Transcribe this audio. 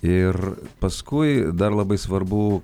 ir paskui dar labai svarbu